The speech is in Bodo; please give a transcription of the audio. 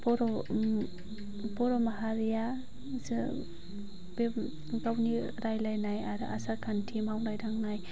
बर' बर' माहारिया जों बे गावनि रायलायनाय आरो आसार खान्थि मावनाय दांनाय